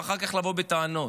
ואחר כך לבוא בטענות.